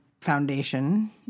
Foundation